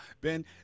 Ben